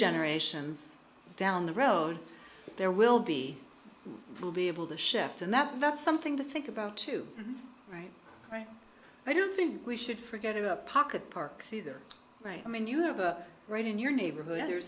generations down the road there will be will be able to shift and that that's something to think about too right i don't think we should forget about pocket parks either right i mean you have a right in your neighborhood